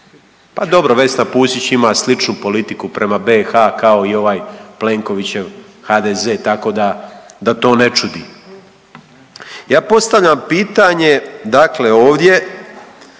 Pa dobro Vesna Pusić ima sličnu politiku prema BiH kao i ovaj Plenkovićev HDZ tako da, da to ne čudi. Ja postavljam pitanje dakle ovdje